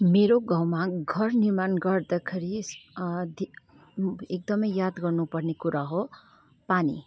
मेरो गाउँमा घर निर्माण गर्दाखेरि एकदमै याद गर्नुपर्ने कुरा हो पानी